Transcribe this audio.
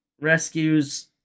rescues